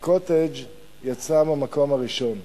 ה"קוטג'" יצא במקום הראשון.